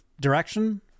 direction